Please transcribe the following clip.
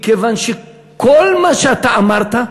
מכיוון שכל מה שאתה אמרת,